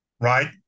right